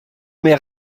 mehr